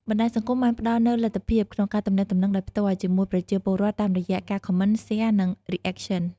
បណ្ដាញសង្គមបានផ្ដល់នូវលទ្ធភាពក្នុងការទំនាក់ទំនងដោយផ្ទាល់ជាមួយប្រជាពលរដ្ឋ តាមរយៈការ Comment, Share, និង Reaction។